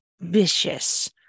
vicious